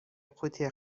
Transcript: قوطی